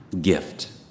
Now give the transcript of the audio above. gift